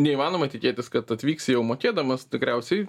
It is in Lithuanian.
neįmanoma tikėtis kad atvyks jau mokėdamas tikriausiai